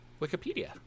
Wikipedia